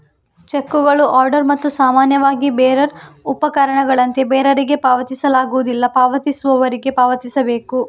ಚೆಕ್ಕುಗಳು ಆರ್ಡರ್ ಮತ್ತು ಸಾಮಾನ್ಯವಾಗಿ ಬೇರರ್ ಉಪಪಕರಣಗಳಂತೆ ಬೇರರಿಗೆ ಪಾವತಿಸಲಾಗುವುದಿಲ್ಲ, ಪಾವತಿಸುವವರಿಗೆ ಪಾವತಿಸಬೇಕು